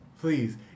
please